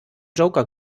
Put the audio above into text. joker